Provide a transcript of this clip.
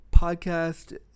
podcast